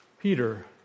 Peter